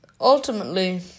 ultimately